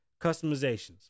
customizations